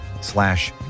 slash